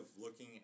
looking